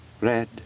Red